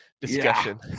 discussion